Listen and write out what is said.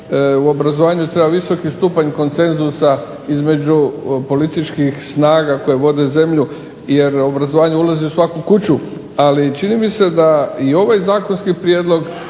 u obrazovanju treba visoki stupanj konsenzusa između političkih snaga koje vode zemlju jer obrazovanje ulazi u svaku kuću ali čini mi se da i ovaj zakonski prijedlog